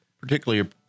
particularly